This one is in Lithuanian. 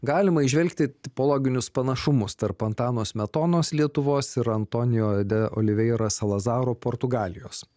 galima įžvelgti tipologinius panašumus tarp antano smetonos lietuvos ir antonio de oliveira salazaro portugalijos